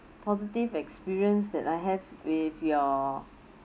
positive experience that I have with your